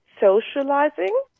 socializing